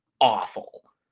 awful